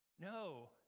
No